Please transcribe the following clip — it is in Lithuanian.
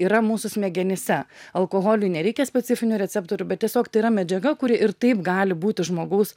yra mūsų smegenyse alkoholiui nereikia specifinių receptorių bet tiesiog tai yra medžiaga kuri ir taip gali būti žmogaus